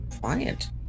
client